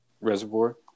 Reservoir